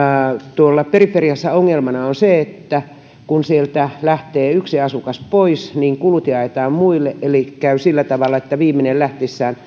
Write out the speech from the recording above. tuolla periferiassa ongelmana on se että kun sieltä lähtee yksi asukas pois niin kulut jaetaan muille eli käy sillä tavalla että viimeinen lähtiessään